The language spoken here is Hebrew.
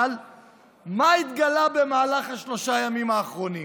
אבל מה התגלה במהלך שלושת הימים האחרונים?